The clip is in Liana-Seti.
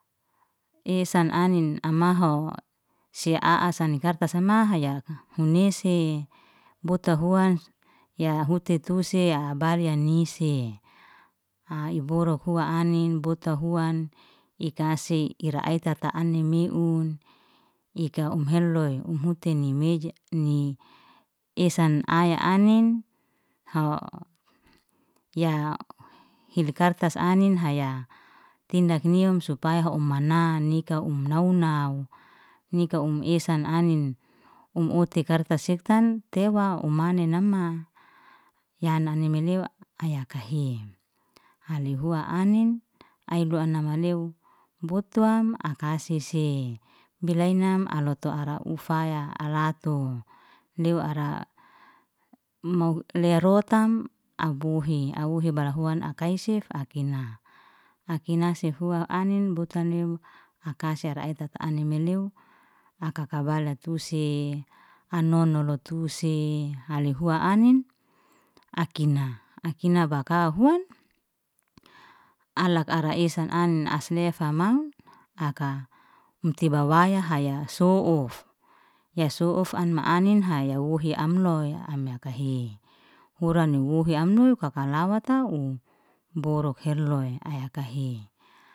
Esan anin amaho se a'asani karta sama haya yak hunesi bota huan ya hue tuse ya baliya nise, ai i boru hua anin, botu huan, i kase ira ai tata anin meun, ika um heloy, um hutini mejni esan ai anin, hawo ya hil kartas anin haya tindak nium supayah hoam mana nika um nau- nau nika um esan anin, um uti kartas sefan tewa u mane nama ya nani meneo ai yakahe. Hali hua anin, ai du'an na mneo botwam akasese, bilayniam alotu ara ufaya, alato lew ara, um lerotam abuhi au'hi bala huan i kaisef akina akina si fua anin, bota lew, akasa ra ai tata aninmeleo akaka bala tu sey, anono lotu sey, hali hua anin akina, akina baka huan ala ara esan anin, asnefa maun aka um tibawaya haya so'uf, ya so'uf anma anin haya wohi am loy am yakahe, huran wuhi am loy kaka lawata um boruk heloy ei yakahe.